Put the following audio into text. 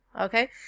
Okay